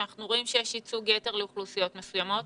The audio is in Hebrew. כשאנחנו רואים שיש ייצוג יתר לאוכלוסיות מסוימות,